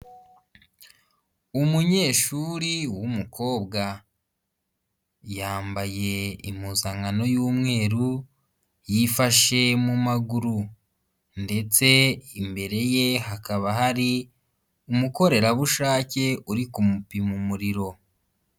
Umunyeshuri w'umukobwa yambaye impuzankano y'umweru, yifashe mu maguru ndetse imbere ye hakaba hari umukorerabushake uri kumupima umuriro.